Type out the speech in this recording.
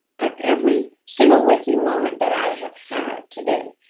but every single waking moment that i have had today,